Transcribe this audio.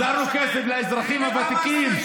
פיזרנו כסף לאזרחים הוותיקים,